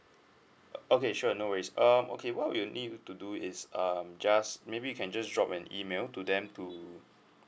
o~ okay sure no worries um okay what we will need you to do is um just maybe you can just drop an email to them to